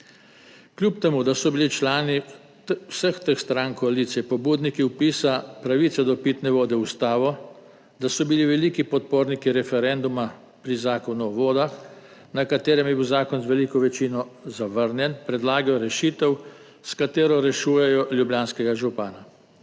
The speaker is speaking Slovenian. Kljub temu da so bili člani vseh treh strank koalicije pobudniki vpisa pravice do pitne vode v ustavo, da so bili veliki podporniki referenduma pri Zakonu o vodah, na katerem je bil zakon z veliko večino zavrnjen, predlagajo rešitev, s katero rešujejo ljubljanskega župana.